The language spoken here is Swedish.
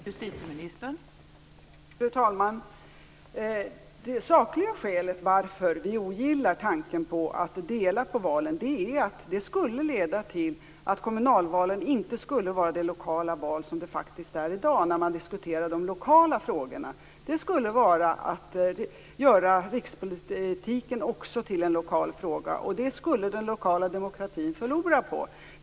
Fru talman! Det sakliga skälet till att vi ogillar tanken på att dela på valen är att det skulle leda till att kommunalvalet inte skulle vara det lokala val som det faktiskt är i dag, då man diskuterar de lokala frågorna. Det skulle vara att göra rikspolitiken också till en lokal fråga. Det skulle den lokala demokratin förlora på.